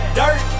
dirt